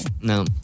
No